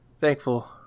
thankful